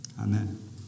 Amen